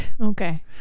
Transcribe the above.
Okay